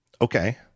Okay